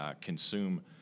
consume